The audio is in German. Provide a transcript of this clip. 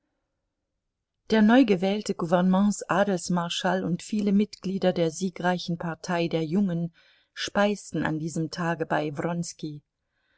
der neu gewählte gouvernements adelsmarschall und viele mitglieder der siegreichen partei der jungen speisten an diesem tage bei